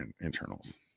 internals